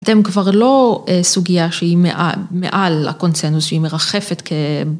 אתם כבר לא סוגיה שהיא מעל הקונצנזוס, שהיא מרחפת כ...